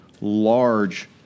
large